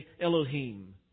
Elohim